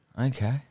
Okay